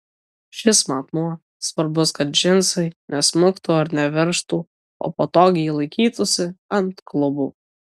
šis matmuo svarbus kad džinsai nesmuktų ar neveržtų o patogiai laikytųsi ant klubų